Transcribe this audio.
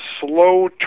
slow